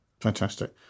Fantastic